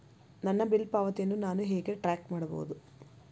ನನ್ನ ಬಿಲ್ ಪಾವತಿಯನ್ನು ನಾನು ಹೇಗೆ ಟ್ರ್ಯಾಕ್ ಮಾಡಬಹುದು?